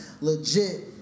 legit